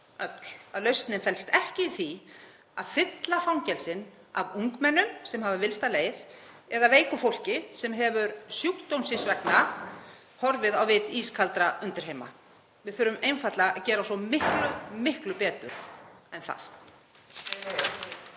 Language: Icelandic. að lausnin felst ekki í því að fylla fangelsin af ungmennum sem hafa villst af leið eða veiku fólki sem hefur sjúkdóms síns vegna horfið á vit ískaldra undirheima. Við þurfum einfaldlega að gera svo miklu betur en það.